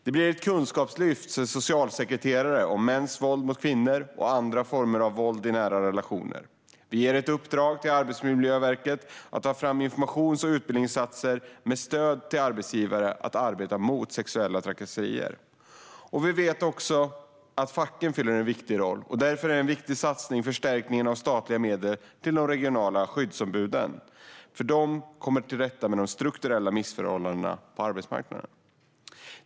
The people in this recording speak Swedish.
Det blir ett kunskapslyft för socialsekreterare om mäns våld mot kvinnor och andra former av våld i nära relationer. Vi ger ett uppdrag till Arbetsmiljöverket att ta fram informations och utbildningsinsatser med stöd till arbetsgivare i att arbeta mot sexuella trakasserier. Vi vet att facken fyller en viktig roll. Därför är en viktig satsning förstärkning av de statliga medlen till de regionala skyddsombuden, som kommer till rätta med de strukturella missförhållandena på arbetsmarknaden.